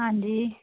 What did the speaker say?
ਹਾਂਜੀ